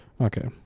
Okay